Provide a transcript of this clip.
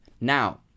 now